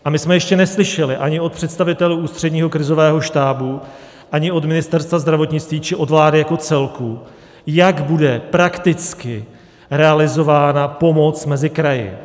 A my jsme ještě neslyšeli ani od představitelů Ústředního krizového štábu, ani od Ministerstva zdravotnictví či od vlády jako celku, jak bude prakticky realizována pomoc mezi kraji.